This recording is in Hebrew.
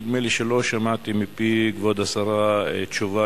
נדמה לי שלא שמעתי מפי כבוד השרה תשובה